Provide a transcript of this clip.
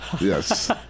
Yes